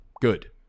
good